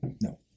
No